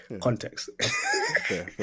context